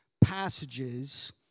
passages